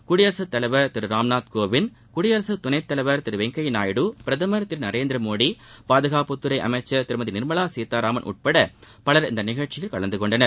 குடியரசுத்தலைவர் திரு ராம்நாத்கோவிந்த் குடியரசுத்துணைத்தலைவர் திரு வெங்கய்யா நாயுடு பிரதமர் திரு நரேந்திரமோடி பாதுகாட்டுத்துறை அமைச்சர் திருமதி நிர்மலா சீத்தாராமன் உள்பட பலர் இந்த நிகழ்ச்சியில் கலந்துகொண்டனர்